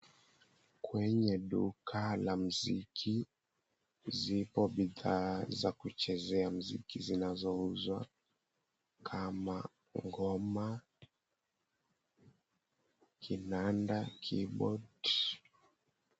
Kwenye duka la mziki zipo bidhaa za kuchezea mziki zinazouzwa kama Ngoma, kinanda, keyboard .